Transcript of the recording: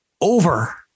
Over